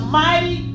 mighty